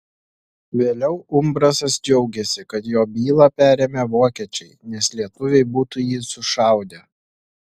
vėliau umbrasas džiaugėsi kad jo bylą perėmė vokiečiai nes lietuviai būtų jį sušaudę